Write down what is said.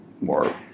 more